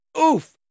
Oof